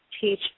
teach